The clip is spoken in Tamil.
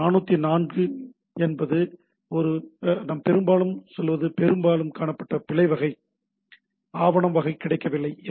404 என்பது நாம் பெரும்பாலும் சொல்வது பெரும்பாலும் காணப்பட்ட பிழை வகை ஆவணம் வகை காணவில்லை என்பதாகும்